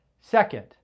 Second